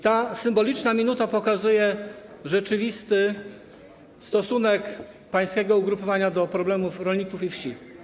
Ta symboliczna minuta pokazuje rzeczywisty stosunek pańskiego ugrupowania do problemów rolników i wsi.